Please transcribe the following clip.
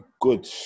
good